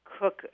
cook